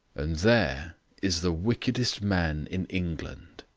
and there is the wickedest man in england.